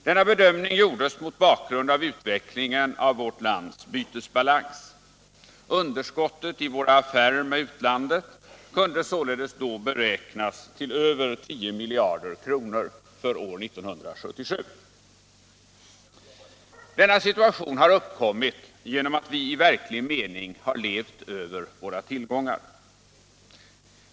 Denna bedömning gjordes mot bakgrund av utvecklingen av vårt lands bytesbalans. Underskottet i våra affärer med utlandet kunde då beräknas till över 10 miljarder kronor för år 1977. Denna situation har uppkommit genom att vi i verklig mening har levt över våra tillgångar.